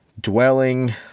dwelling